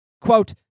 Quote